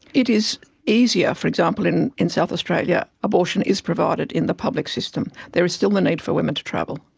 it is easier, for example, in in south australia, yeah abortion is provided in the public system. there is still the need for women to travel.